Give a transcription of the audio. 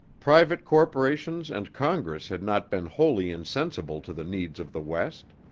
private corporations and congress had not been wholly insensible to the needs of the west.